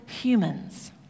humans